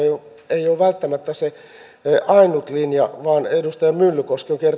ei ole välttämättä se ainut linja vaan edustaja myllykoski